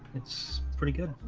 it's pretty good.